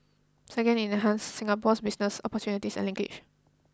second it enhances Singapore's business opportunities and linkages